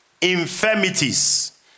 infirmities